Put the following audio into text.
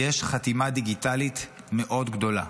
יש חתימה דיגיטלית מאוד גדולה.